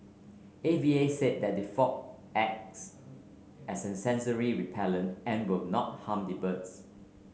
A V A said that the fog acts as a sensory repellent and will not harm the birds